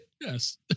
yes